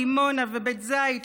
דימונה ובית זית,